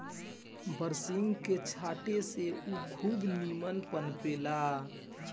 बरसिंग के छाटे से उ खूब निमन पनपे ला